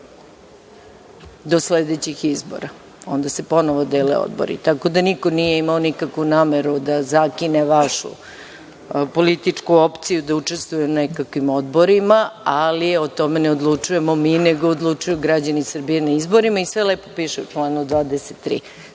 do sledećih izbora, a onda se ponovo dele odbori, tako da niko nije imao nikakvu nameru da zakine vašu političku opciju da učestvuje u nekakvim odborima, ali o tome ne odlučujemo mi, nego odlučuju građani Srbije na izborima i sve lepo piše u članu 23,